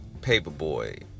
Paperboy